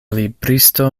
libristo